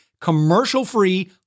commercial-free